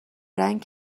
رنگ